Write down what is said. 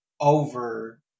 over